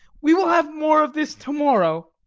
we will have more of this to-morrow.